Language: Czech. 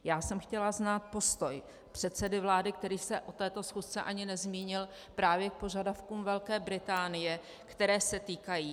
Já jsem chtěla znát postoj předsedy vlády, který se o této schůzce ani nezmínil, právě k požadavkům Velké Británie, které se týkají: